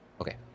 Okay